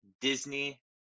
Disney